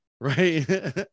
right